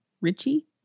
Richie